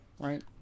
Right